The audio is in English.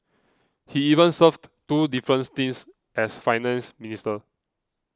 he even served two different stints as Finance Minister